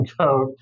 code